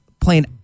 playing